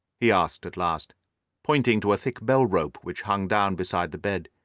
he asked at last pointing to a thick bell-rope which hung down beside the bed,